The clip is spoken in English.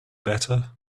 better